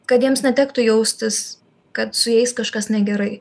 kad jiems netektų jaustis kad su jais kažkas negerai